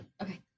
Okay